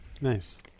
nice